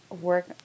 work